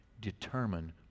determine